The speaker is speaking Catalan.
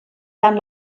tant